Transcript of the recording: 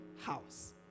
house